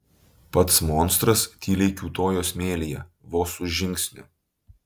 pats monstras tyliai kiūtojo smėlyje vos už žingsnio